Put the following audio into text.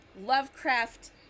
lovecraft